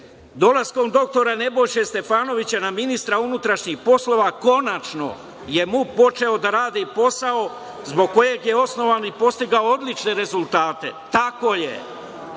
Dolaskom dr Nebojše Stefanovića na mesto ministra unutrašnjih poslova, konačno je MUP počeo da radi posao zbog kojeg je osnovan i postigao je odlične rezultate. Tako je